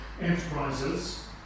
enterprises